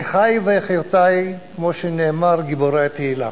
אחי ואחיותי, כמו שנאמר, גיבורי התהילה,